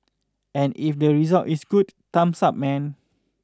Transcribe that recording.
and if the result is good thumbs up man